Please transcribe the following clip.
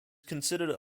considered